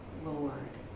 lord.